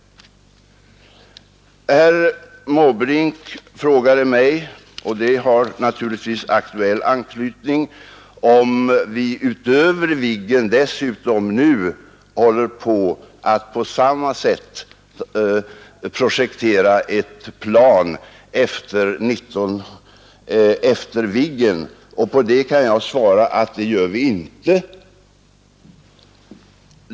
Herr Måbrink frågade mig — och det har naturligtvis aktuell anknytning — om vi utöver Viggen nu håller på att på samma sätt projektera ett plan som skall komma efter Viggen, och på det kan jag svara att det gör vi inte.